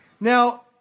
Now